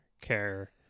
care